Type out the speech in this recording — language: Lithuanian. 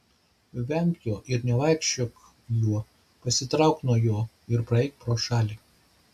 venk jo ir nevaikščiok juo pasitrauk nuo jo ir praeik pro šalį